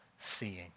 seeing